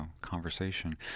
conversation